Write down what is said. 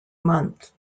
month